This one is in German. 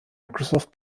microsoft